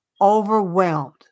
overwhelmed